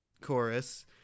chorus